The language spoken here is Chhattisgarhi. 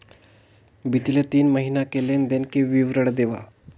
बितले तीन महीना के लेन देन के विवरण देवा?